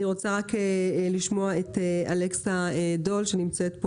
אני רוצה לשמוע את אלכסה דול שנמצאת פה